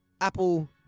Apple